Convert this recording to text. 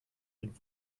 dann